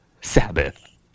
Sabbath